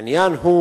העניין הוא